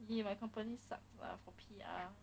!ee! my company sucks lah for P_R